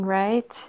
right